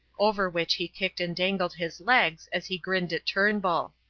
over which he kicked and dangled his legs as he grinned at turnbull.